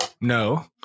no